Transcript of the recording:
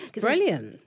Brilliant